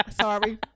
Sorry